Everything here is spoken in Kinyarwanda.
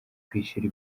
kwishyura